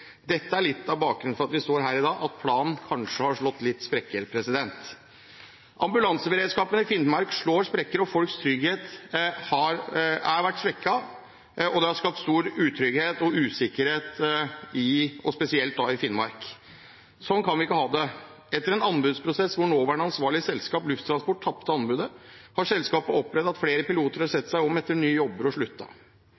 Dette er litt av bakgrunnen for at vi står her i dag, at planen kanskje har slått litt sprekker. Ambulanseberedskapen i Finnmark slår sprekker. Folks trygghet har blitt svekket, og det er skapt stor utrygghet og usikkerhet, spesielt i Finnmark. Slik kan vi ikke ha det. Etter en anbudsprosess hvor nåværende ansvarlige selskap, Lufttransport, tapte anbudet, har selskapet opplevd at flere piloter har